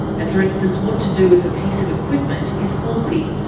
and for instance what to do if a piece of equipment is faulty.